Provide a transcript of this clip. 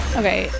okay